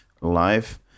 life